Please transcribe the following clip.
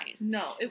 No